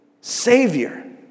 Savior